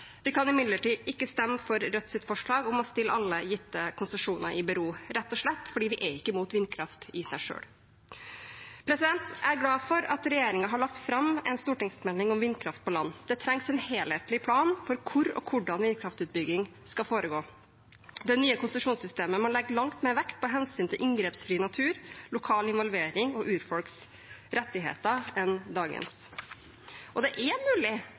Vi kan imidlertid ikke stemme for Rødts forslag om å stille alle gitte konsesjoner i bero, rett og slett fordi vi ikke er imot vindkraft i seg selv. Jeg er glad for at regjeringen har lagt fram en stortingsmelding om vindkraft på land. Det trengs en helhetlig plan for hvor og hvordan vindkraftutbygging skal foregå. Det nye konsesjonssystemet må legge langt mer vekt på hensyn til inngrepsfri natur, lokal involvering og urfolks rettigheter enn dagens. Det er mulig